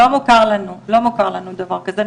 לא מוכר לנו דבר כזה,